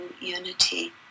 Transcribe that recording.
unity